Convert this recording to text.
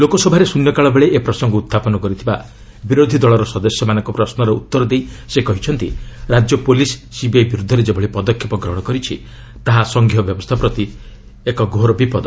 ଲୋକସଭାରେ ଶୃନ୍ୟକାଳ ବେଳେ ଏ ପ୍ରସଙ୍ଗ ଉହ୍ଚାପନ କରିଥିବା ବିରୋଧୀ ଦଳର ସଦସ୍ୟମାନଙ୍କ ପ୍ରଶ୍ନର ଉତ୍ତର ଦେଇ ସେ କହିଛନ୍ତି ରାଜ୍ୟ ପୁଲିସ୍ ସିବିଆଇ ବିରୁଦ୍ଧରେ ଯେଭଳି ପଦକ୍ଷେପ ଗ୍ରହଣ କରିଛି ତାହା ସଂଘୀୟ ବ୍ୟବସ୍ଥା ପ୍ରତି ଏକ ଘୋର ବିପଦ